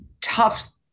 tough